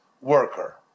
worker